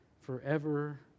forever